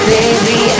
Baby